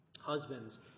Husbands